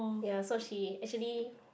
ya so she actually